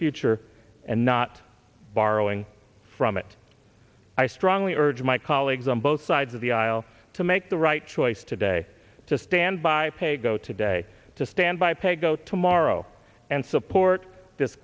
future and not borrowing from it i strongly urge my colleagues on both sides of the aisle to make the right choice today to stand by paygo today to stand by paygo tomorrow and support